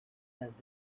has